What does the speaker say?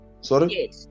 sorry